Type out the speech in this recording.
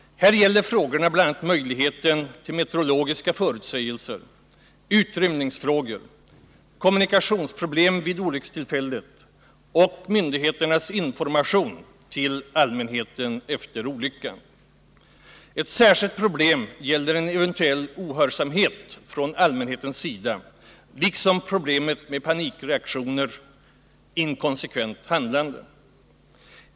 Här gäller frågorna bl.a. möjligheten till meteorologiska förutsägelser, utrymningsfrågor, kommunikationsproblem vid olyckstillfället och myndigheternas information till allmänheten efter olyckan. Ett särskilt problem gäller en eventuell ohörsamhet från allmänhetens sida liksom problemet med panikreaktioner och inkonsekvent handlande.